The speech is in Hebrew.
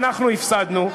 ואנחנו הפסדנו.